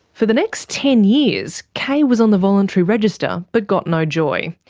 for the next ten years, kay was on the voluntary register, but got no joy.